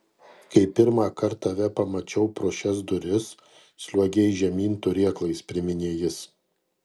kai pirmąkart tave pamačiau pro šias duris sliuogei žemyn turėklais priminė jis